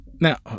now